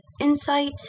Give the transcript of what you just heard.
insight